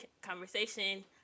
conversation